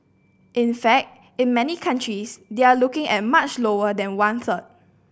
in fact in many countries they are looking at much lower than one third